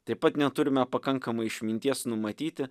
taip pat neturime pakankamai išminties numatyti